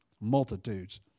multitudes